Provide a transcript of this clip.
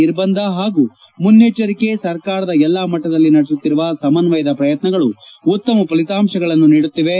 ನಿರ್ಬಂಧ ಹಾಗೂ ಮುನೈಚ್ಛರಿಕೆಗೆ ಸರ್ಕಾರದ ಎಲ್ಲ ಮಟ್ಟದಲ್ಲಿ ನಡೆಸುತ್ತಿರುವ ಸಮನ್ನಯದ ಪ್ರಯತ್ರಗಳು ಉತ್ತಮ ಫಲಿತಾಂಶಗಳು ನೀಡುತ್ತಿವೆ